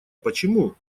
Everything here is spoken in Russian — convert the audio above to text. почему